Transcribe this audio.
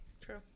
true